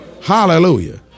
Hallelujah